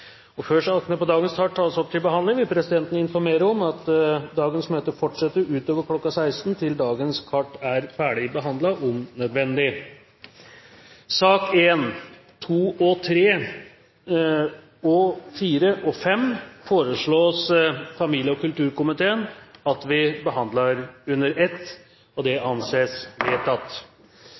måte Før sakene på dagens kart tas opp til behandling vil presidenten informere om at dagens møte – om nødvendig – fortsetter utover kl. 16 til dagens kart er ferdigbehandlet. Etter ønske fra familie- og kulturkomiteen vil presidenten foreslå at sakene nr. 1–5 behandles under ett – og anser det som vedtatt.